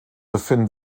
befinden